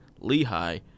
lehigh